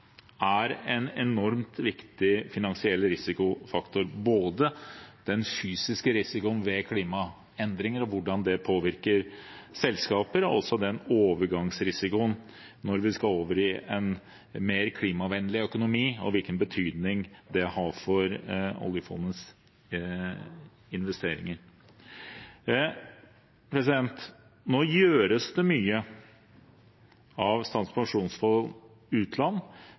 er en enormt viktig finansiell risikofaktor, både den fysiske risikoen ved klimaendringer og hvordan det påvirker selskaper, og overgangsrisikoen når vi skal over i en mer klimavennlig økonomi, og hvilken betydning det har for oljefondets investeringer. Nå gjøres det mye av Statens pensjonsfond utland